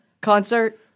concert